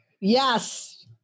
yes